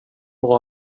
bra